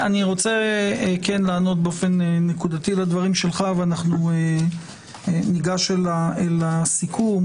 אני רוצה לענות באופן נקודתי לדברים שלך ואנחנו ניגש אל הסיכום.